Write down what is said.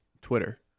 Twitter